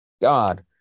God